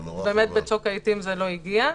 באמת בצוק העתים זה לא הגיע.